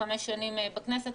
חמש שנים בכנסת.